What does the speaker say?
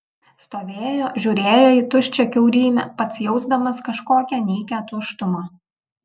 stovėjo žiūrėjo į tuščią kiaurymę pats jausdamas kažkokią nykią tuštumą